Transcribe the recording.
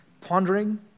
Pondering